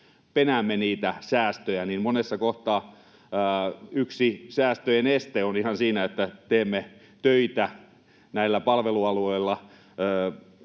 penäämme säästöjä, niin monessa kohtaa yksi säästöjen este on ihan siinä, että teemme töitä näillä palvelualueilla